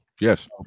yes